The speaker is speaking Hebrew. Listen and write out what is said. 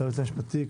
ליועץ המשפטי,